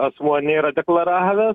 asmuo nėra deklaravęs